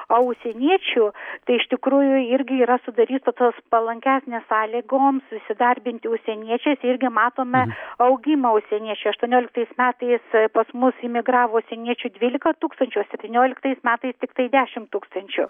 a užsieniečių tai iš tikrųjų irgi yra sudaryta tos palankesnės sąlygoms įsidarbinti užsieniečiais irgi matome augimą užsieniečių aštuonioliktais metais pas mus imigravo užsieniečių dvylika tūkstančių o septynioliktais metais tiktai dešim tūkstančių